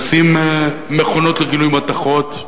לשים מכונות לגילוי מתכות,